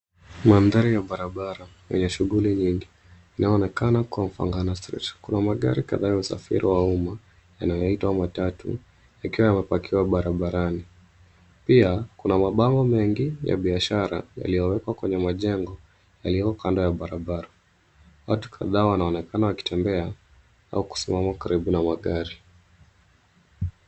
Mandhari ya barabara, yenye shughuli nyingi inaonekana kuwa Mfangano street . Kuna magari kadhaa ya usafiru wa umma, yanayoitwa matatu, yakiwa yamepakiwa barabarani. Pia kuna mabango mengi ya biashara yaliyowekwa kwenye majengo yaliyo kando ya barabara. Watu kadhaa wanaonekana wakitembea, au kusimama karibu na magari.